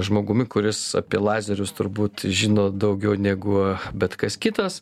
žmogumi kuris apie lazerius turbūt žino daugiau negu bet kas kitas